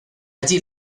allí